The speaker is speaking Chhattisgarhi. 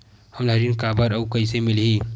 हमला ऋण काबर अउ कइसे मिलही?